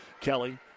Kelly